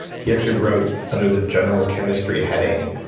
he actually wrote, under the general chemistry heading,